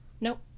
nope